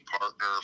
partner